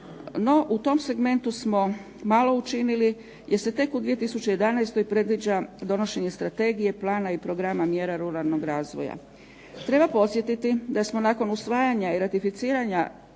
No u tom segmentu smo malo učinili jer se tek u 2011. predviđa donošenje Strategije, plana i programa mjera ruralnog razvoja. Treba podsjetiti da smo nakon usvajanja i ratificiranja